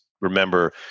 remember